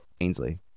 Ainsley